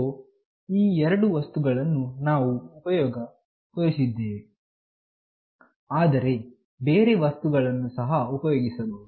so ಈ ಎರಡು ವಸ್ತುಗಳನ್ನು ನಾವು ಪ್ರಯೋಗದಲ್ಲಿ ತೋರಿಸಿದ್ದೇವೆ ಆದರೆ ಬೇರೆ ವಸ್ತುಗಳನ್ನು ಸಹ ಉಪಯೋಗಿಸಬಹುದು